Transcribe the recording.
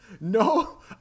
no